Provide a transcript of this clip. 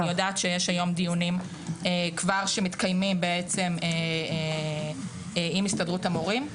אני יודעת שיש היום דיונים כבר שמתקיימים בעצם עם הסתדרות המורים,